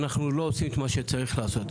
אנחנו לא עושים את מה שצריך לעשות,